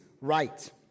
right